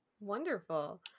Wonderful